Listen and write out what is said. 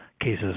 cases